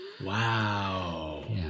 Wow